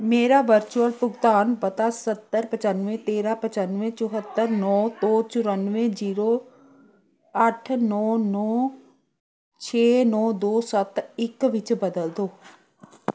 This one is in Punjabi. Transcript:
ਮੇਰਾ ਵਰਚੁਅਲ ਭੁਗਤਾਨ ਪਤਾ ਸੱਤਰ ਪਚਾਨਵੇਂ ਤੇਰਾਂ ਪਚਾਨਵੇਂ ਚੁਹੱਤਰ ਨੌਂ ਤੋਂ ਚੁਰਾਨਵੇਂ ਜੀਰੋ ਅੱਠ ਨੌਂ ਨੌਂ ਛੇ ਨੌਂ ਦੋ ਸੱਤ ਇੱਕ ਵਿੱਚ ਬਦਲ ਦਿਓ